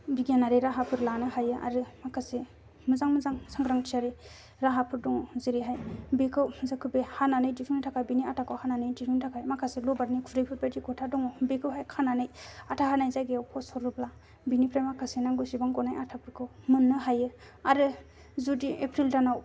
बिगियानारि राहाफोर लानो हायो आरो माखासे मोजां मोजां साग्रांथियारि राहाफोर दङ जेरैहाय बेखौ जेखौ बे हानानै दिहुननो थाखाय बिनि आथाखौ हानानै दिहुननो थाखाय माखासे लबारनि खुरैफोर बादि गथा दङ बेखौहाय खानानै आथा होनाय जायगायाव बेखौ सरोब्ला बिनिफ्राय माखासे नांगौसेबां गनाय आथाफोरखौ मोननो हायो आरो जुदि एप्रिल दानाव